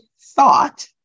thought